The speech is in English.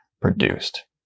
produced